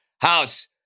House